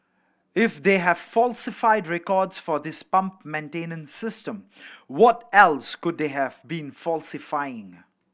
if they have falsified records for this pump maintenance system what else could they have been falsifying